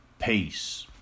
peace